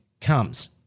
comes